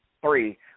three